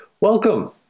Welcome